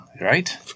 Right